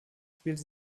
spielte